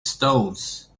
stones